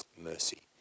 mercy